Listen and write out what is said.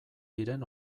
diren